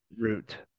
root